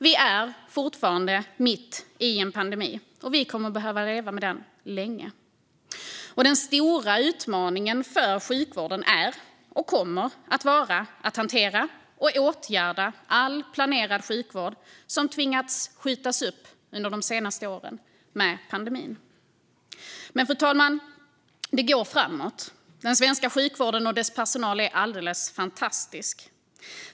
Vi är fortfarande mitt i en pandemi, och vi kommer att behöva leva med den länge. Den stora utmaningen för sjukvården är, och kommer att vara, att hantera och åtgärda all planerad sjukvård som behövt skjutas upp under de senaste åren med pandemin. Det går dock framåt, fru talman. Den svenska sjukvården och dess personal är alldeles fantastisk.